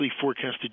forecasted